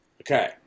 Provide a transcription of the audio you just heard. Okay